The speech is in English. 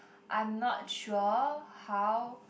I'm not sure how